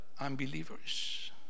unbelievers